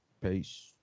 Peace